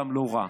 גם לא רע.